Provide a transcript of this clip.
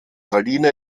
saline